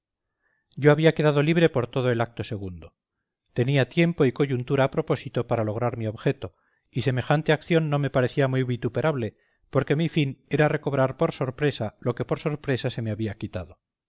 yo había quedado libre por todo el acto segundo tenía tiempo y coyuntura a propósito para lograr mi objeto y semejante acción no me parecía muy vituperable porque mi fin era recobrar por sorpresa lo que por sorpresa se me había quitado